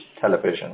television